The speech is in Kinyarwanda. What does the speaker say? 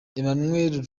emmanuel